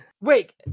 Wait